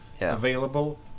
available